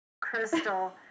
crystal